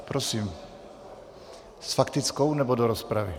Prosím, s faktickou, nebo do rozpravy?